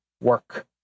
work